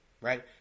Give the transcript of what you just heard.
right